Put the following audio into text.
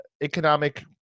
economic